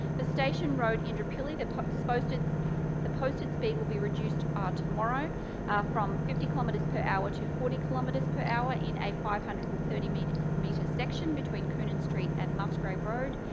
station road, indooroopilly, the so posted the posted speed will be reduced ah tomorrow from fifty kilometres per hour to forty kilometres per hour in a five hundred and thirty metre metre section between coonan street and musgrave road.